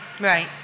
right